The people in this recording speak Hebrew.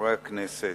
חברי הכנסת,